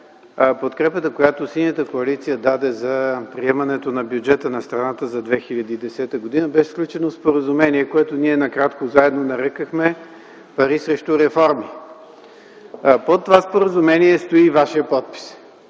подкрепата, която Синята коалиция даде за приемането на бюджета на страната за 2010 г., беше сключено споразумение, което ние накратко заедно нарекохме: „Пари срещу реформи”. Под това споразумение стои и Вашият подпис.